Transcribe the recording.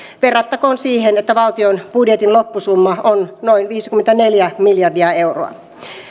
verrattakoon siihen että valtion budjetin loppusumma on noin viisikymmentäneljä miljardia euroa